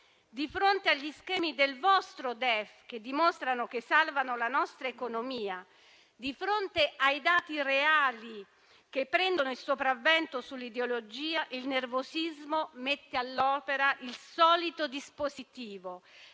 di fronte agli schemi del vostro DEF, che dimostrano che i migranti salvano la nostra economia, e di fronte ai dati reali, che prendono il sopravvento sull'ideologia, il nervosismo mette all'opera il solito dispositivo,